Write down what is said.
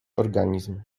organizm